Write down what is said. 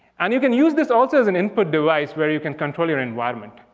and you can use this also as an input device where you can control your environment.